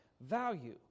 value